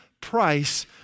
price